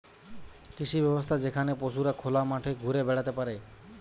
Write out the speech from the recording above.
কৃষি ব্যবস্থা যেখানে পশুরা খোলা মাঠে ঘুরে বেড়াতে পারে